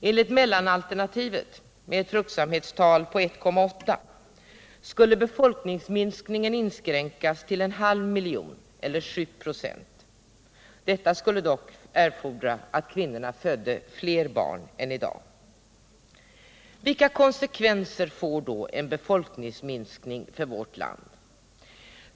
Enligt mellanalternativet med ett fruktsamhetstal på 1,8 skulle befolkningsminskningen inskränkas till en halv miljon eller 7 96. Detta skulle dock erfordra att kvinnorna födde fler barn än i dag. Vilka konsekvenser får då en befolkningsminskning för vårt land?